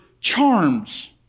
charms